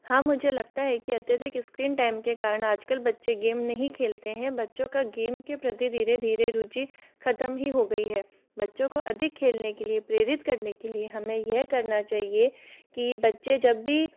हाँ मुझे लगता है कि अत्यधिक स्क्रीन टाइम के कारण आजकल बच्चे गेम नहीं खेलते हैं बच्चों का गेम के प्रति धीरे धीरे रुचि ख़त्म ही हो गई है बच्चों को अधिक खेलने के लिए प्रेरित करने के लिए हमें यह करना चाहिए कि बच्चे जब भी